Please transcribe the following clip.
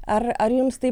ar ar jums tai